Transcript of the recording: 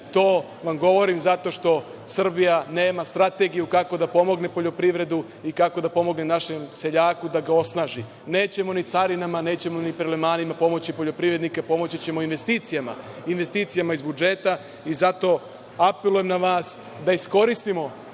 To vam govorim zato što Srbija nema strategiju kako da pomogne poljoprivredu i kako da pomogne našem seljaku da ga osnaži. Nećemo ni carinama, ni prelevmanima pomoći poljoprivrednike, pomoći ćemo investicijama. Investicijama iz budžeta i zato apelujem na vas da iskoristimo